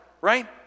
right